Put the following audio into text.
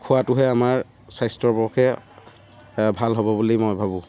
খোৱাটোহে আমাৰ স্বাস্থ্যৰ পক্ষে ভাল হ'ব বুলি মই ভাবোঁ